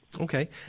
Okay